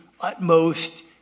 utmost